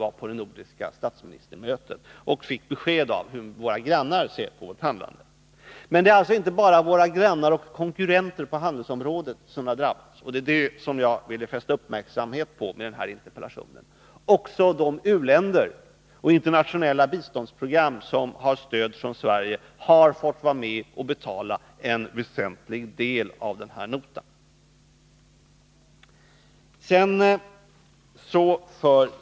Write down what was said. Vid det nordiska statsministermötet fick han besked om hur våra grannar ser på vårt handlande. Men det är alltså inte bara våra grannar och konkurrenter på handelsområdet som har drabbats, utan också — vilket jag ville fästa uppmärksamheten på med min interpellation — de u-länder och internationella biståndsprogram som har stöd från Sverige har fått vara med och betala en väsentlig del av den här notan.